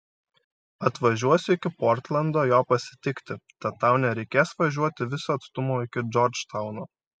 atvažiuosiu iki portlando jo pasitikti tad tau nereikės važiuoti viso atstumo iki džordžtauno